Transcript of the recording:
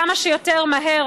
כמה שיותר מהר,